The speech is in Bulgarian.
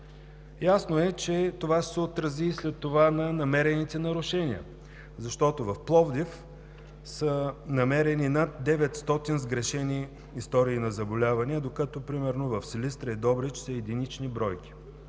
Ясно е, че това ще се отрази и след това на намерените нарушения. В Пловдив са намерени над 900 сгрешени истории на заболявания, докато примерно в Силистра и Добрич са единични бройки.